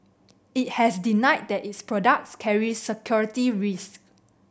it has denied that its products carry security risks